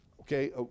okay